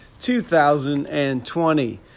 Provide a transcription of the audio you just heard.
2020